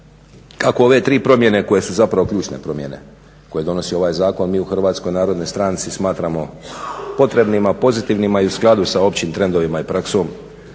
Kako ove tri promjene koje su zapravo ključne promjene koje donosi ovaj zakon, mi u Hrvatskoj Narodnoj Stranci smatramo potrebnima, pozitivnima i u skladu sa općim trendovima i praksom